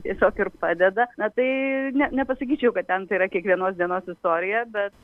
tiesiog ir padeda na tai ne nepasakyčiau kad ten tai yra kiekvienos dienos istorija bet